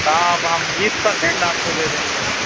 ہاں اب ہم بیس پرسینٹ آپ کو دے دیں گے